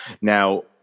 Now